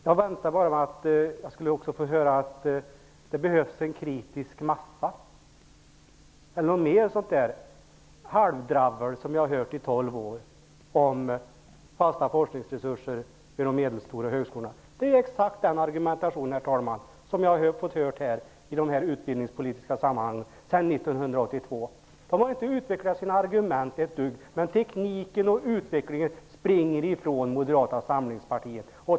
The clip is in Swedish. Jag väntade bara på att jag skulle få höra att det behövs en ''kritisk massa'' eller något mer sådant halvdravel som jag hört i 12 år om fasta forskningsresurser vid de medelstora högskolorna. Det är exakt den argumentationen, herr talman, som jag har hört i de utbildningspolitiska sammanhangen sedan 1982. Argumenten har inte utvecklats ett dugg. Men tekniken och utvecklingen springer ifrån Moderata samlingspartiet.